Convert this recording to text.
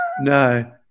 No